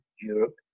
Europe